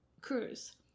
cruise